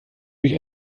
durch